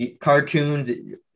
Cartoons